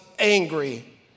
angry